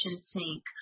sink